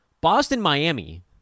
Boston-Miami